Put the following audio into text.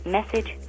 Message